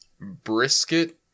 brisket